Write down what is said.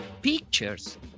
pictures